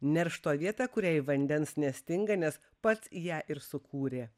neršto vietą kuriai vandens nestinga nes pats ją ir sukūrė